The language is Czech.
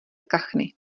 kachny